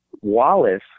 Wallace